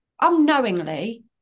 unknowingly